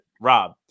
Rob